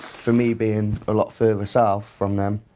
for me, being a lot further south from them,